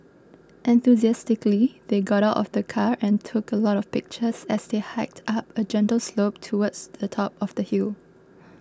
enthusiastically they got out of the car and took a lot of pictures as they hiked up a gentle slope towards the top of the hill